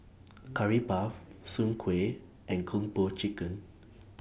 Curry Puff Soon Kueh and Kung Po Chicken